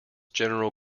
general